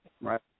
right